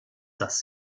dass